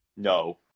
No